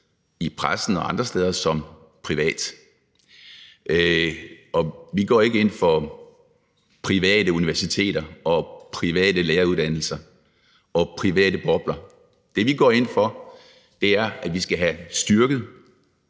i pressen og andre steder som privat. Vi går ikke ind for private universiteter, private læreruddannelser og private bobler. Det, vi går ind for, er, at vi skal have styrket